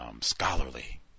Scholarly